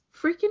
freaking